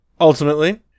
Ultimately